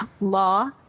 Law